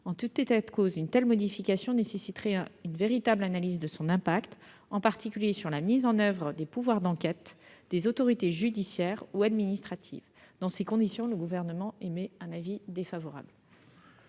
En tout état de cause, une telle modification nécessiterait une véritable analyse de son impact, en particulier sur la mise en oeuvre des pouvoirs d'enquête des autorités judiciaires ou administratives. Dans ces conditions, le Gouvernement émet un avis défavorable